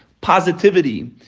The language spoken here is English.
positivity